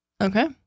Okay